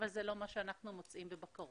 אבל זה לא משהו שאנחנו מוצאים בבקרות.